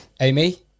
Amy